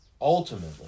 ultimately